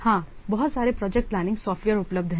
हां बहुत सारे प्रोजेक्ट प्लानिंग सॉफ्टवेयर उपलब्ध हैं